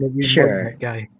Sure